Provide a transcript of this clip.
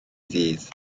ddydd